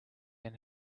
and